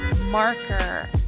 marker